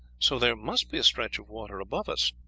so there must be a stretch of water above us.